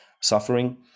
suffering